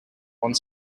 want